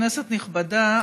כנסת נכבדה,